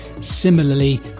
similarly